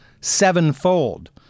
sevenfold